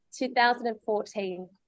2014